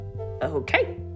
okay